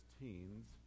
teens